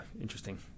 interesting